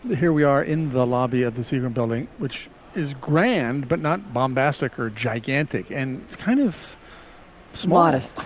here we are in the lobby of the seagram building, which is grand, but not bombastic or gigantic. and it's kind of modest.